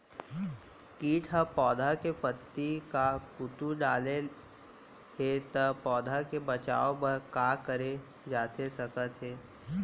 किट ह पौधा के पत्ती का कुतर डाले हे ता पौधा के बचाओ बर का करे जाथे सकत हे?